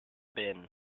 bin